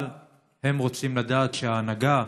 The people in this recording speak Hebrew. אבל הם רוצים לדעת שההנהגה,